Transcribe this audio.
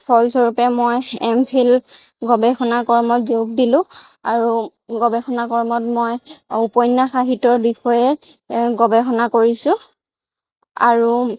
ফলস্বৰূপে মই M Phil গৱেষণা কৰ্মত যোগ দিলোঁঁ আৰু গৱেষণা কৰ্মত মই উপন্যাস সাহিত্যৰ বিষয়ে গৱেষণা কৰিছোঁ আৰু